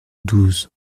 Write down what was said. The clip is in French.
douze